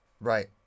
Right